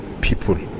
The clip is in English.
people